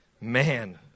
man